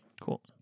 Cool